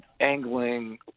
angling